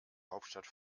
hauptstadt